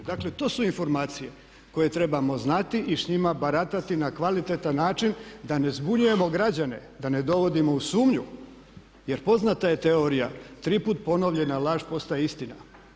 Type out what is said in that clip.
Dakle, to su informacije koje trebamo znati i s njima baratati na kvalitetan način da ne zbunjujemo građane, da ne dovodimo u sumnju jer poznata je teorija tri puta ponovljena laž postaje istina.